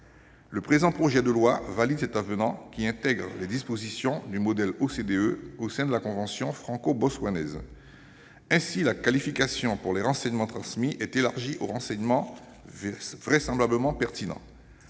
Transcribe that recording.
Le présent projet de loi valide cet avenant qui intègre les dispositions du modèle OCDE au sein de la convention franco-botswanaise. Ainsi, la qualification pour les renseignements transmis est élargie aux renseignements « vraisemblablement pertinents